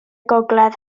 gogledd